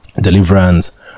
deliverance